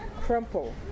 crumple